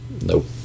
nope